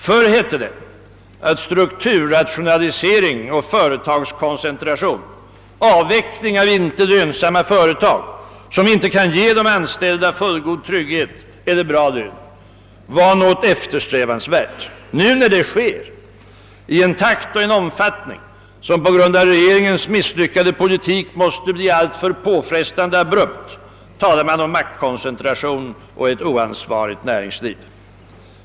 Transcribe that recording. Förr hette det, att strukturrationalisering och företagskoncentration, avveckling av inte lönsamma företag som inte kunde ge de anställda fullgod trygghet eller bra lön var något eftersträvansvärt. Nu, när det sker i en takt och en omfattning som på grund av regeringens misslyckade politik måste bli alltför påfrestande abrupt, talas det om maktkoncentration och ett oansvarigt näringsliv.